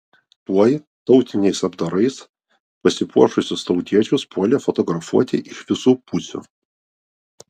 tuoj tautiniais apdarais pasipuošusius tautiečius puolė fotografuoti iš visų pusių